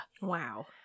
Wow